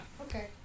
Okay